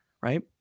right